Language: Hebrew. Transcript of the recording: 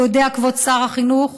אתה יודע, כבוד שר החינוך,